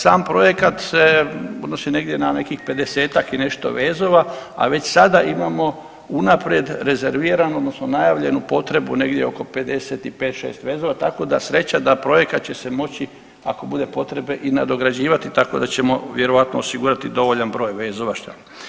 Sam projekat se odnosi negdje na nekih 50-tak i nešto vezova, a već sada imamo unaprijed rezerviranu odnosno najavljenu potrebu negdje oko 55-'6 vezova, tako da sreća da projekat će se moći ako bude potrebe i nadograđivati tako da ćemo vjerojatno osigurati dovoljan broj vezova.